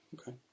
okay